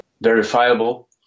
verifiable